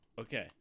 Okay